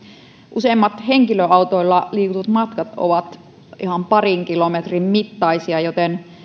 useimmat henkilöautoilla liikutut matkat ovat ihan parin kilometrin mittaisia joten